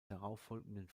darauffolgenden